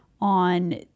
on